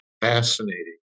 fascinating